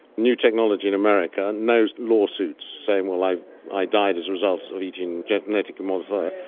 new technology in america, no lawsuits saying well, i i died as a result of eating genetically modified,